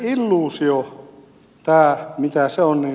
se on illuusio sitä se on